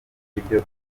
nibyo